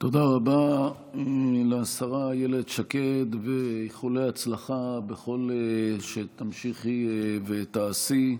תודה רבה לשרה אילת שקד ואיחולי הצלחה בכל שתמשיכי ותעשי,